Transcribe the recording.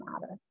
matter